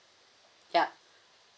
yup